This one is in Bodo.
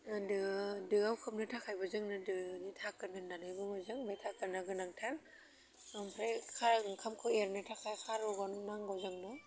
ओनदो दोआव खोबनो थाखायबो जोंनो दोनि थाखोन होन्नानै बुङो जों बे थाखोना गोनांथार ओमफाय खार ओंखामखौ एरनो थाखाय खारौ गन नांगौ जोंनो